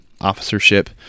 officership